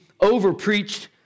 over-preached